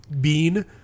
bean